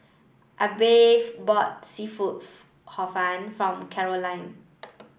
Abbey bought seafood Hor Fun for Caroline